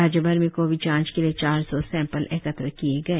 राज्यभर में कोविड जांच के लिए चार सौ सैंपल एकत्र किए गए